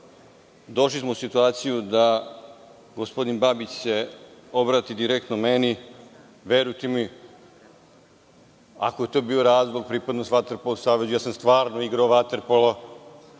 smo u situaciju da se gospodin Babić obrati direktno meni. Ako je to bio razlog, pripadnost Vaterpolo savezu, ja sam stvarno igrao vaterpolo.